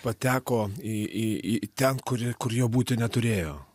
pateko į į į ten kur kur jo būti neturėjo